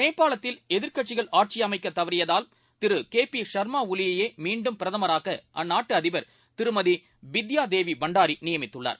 நேபாளத்தில்எதிர்க்கட்சிகள் ஆட்சிஅமைக்கதவறியதால் திரு கேபிச்மாஒலியையேமீண்டும் பிரதமராகஅந்நாட்டுஅதிபர் திருமதியித்யாதேவிபண்டாரிநியமித்துள்ளார்